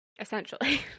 Essentially